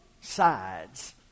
sides